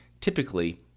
Typically